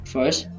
First